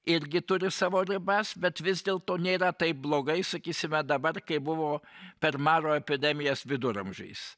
irgi turi savo ribas bet vis dėlto nėra taip blogai sakysime dabar kaip buvo per maro epidemijas viduramžiais